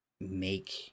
make